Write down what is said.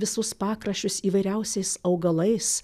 visus pakraščius įvairiausiais augalais